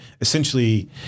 essentially